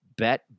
Bet